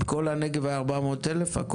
בכל הנגב היה 400,000 ₪.